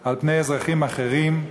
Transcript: על פני אזרחים אחרים,